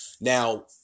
Now